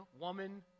woman